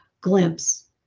glimpse